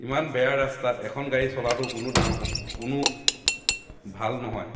ইমান বেয়া ৰাস্তাত এখন গাড়ী চলাটো কোনো ডাঙৰ কোনো ভাল নহয়